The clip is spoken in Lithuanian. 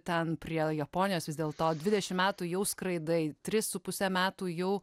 ten prie japonijos vis dėl to dvidešimt metų jau skraidai tris su puse metų jau